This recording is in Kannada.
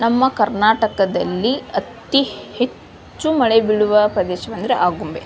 ನಮ್ಮ ಕರ್ನಾಟಕದಲ್ಲಿ ಅತಿ ಹೆಚ್ಚು ಮಳೆ ಬೀಳುವ ಪ್ರದೇಶವೆಂದರೆ ಆಗುಂಬೆ